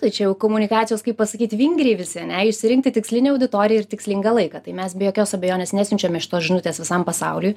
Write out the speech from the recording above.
ta čia jau komunikacijos kaip pasakyt vingriai visi ane išsirinkti tikslinę auditoriją ir tikslingą laiką tai mes be jokios abejonės nesiunčiame šitos žinutės visam pasauliui